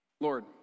Lord